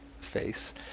face